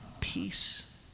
peace